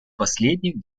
последних